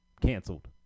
canceled